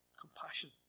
Compassion